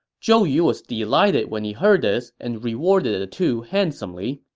zhou yu was delighted when he heard this and rewarded the two handsomely.